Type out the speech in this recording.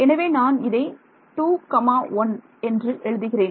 எனவே நான் இதை 21 என்று எழுதுகிறேன்